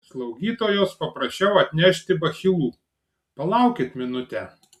slaugytojos paprašiau atnešti bachilų palaukit minutę